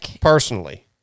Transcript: Personally